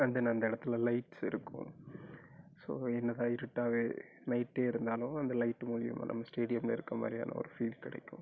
and then அந்த இடத்துல lights இருக்கும் ஸோ என்ன தான் இருட்டாகவே நைட்டே இருந்தாலும் அந்த லைட்டு மூலயமா நம்ம ஸ்டேடியமில் இருக்க மாதிரியான ஒரு ஃபீல் கிடைக்கும்